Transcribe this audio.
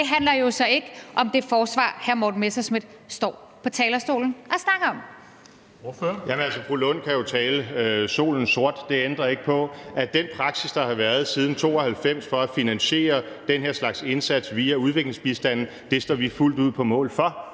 ikke handler om det forsvar, hr. Morten Messerschmidt står på talerstolen og snakker om.